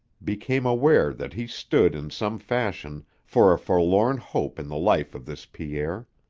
became aware that he stood in some fashion for a forlorn hope in the life of this pierre.